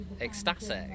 ecstatic